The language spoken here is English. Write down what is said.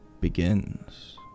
begins